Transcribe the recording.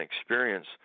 experience